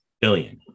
Billion